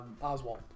Oswald